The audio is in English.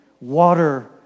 water